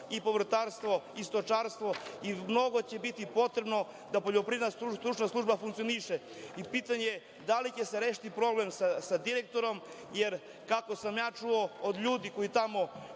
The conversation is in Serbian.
i povrtarstvo i stočarstvo i mnogo će biti potrebno da Poljoprivredna stručna služba funkcioniše. Pitanje je da li će se rešiti problem sa direktorom? Kako sam ja čuo od ljudi koji tamo